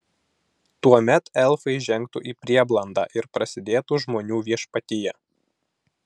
tuomet elfai žengtų į prieblandą ir prasidėtų žmonių viešpatija